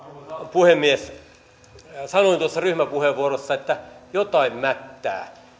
puhemies sanoin tuossa ryhmäpuheenvuorossa että jokin mättää